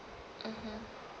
mmhmm